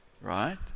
right